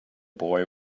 boy